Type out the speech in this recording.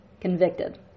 Convicted